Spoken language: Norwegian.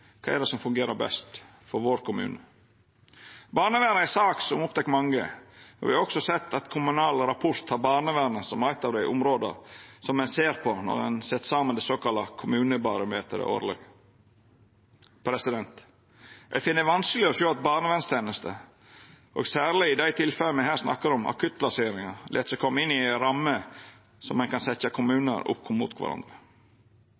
Kva er det som fungerer best for vår kommune? Barnevernet er ei sak som opptek mange, og me har òg sett at Kommunal Rapport har barnevernet som eit av dei områda som ein ser på når ein set saman det såkalla Kommunebarometeret årleg. Eg finn det vanskeleg å sjå at barnevernstenesta, og særleg i dei tilfella me her snakkar om, akuttplasseringa, lèt seg plassera inn i ei ramme der ein kan